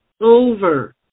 over